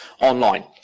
online